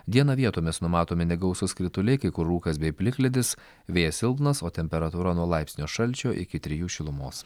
dieną vietomis numatomi negausūs krituliai kai kur rūkas bei plikledis vėjas silpnas o temperatūra nuo laipsnio šalčio iki trijų šilumos